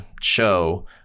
show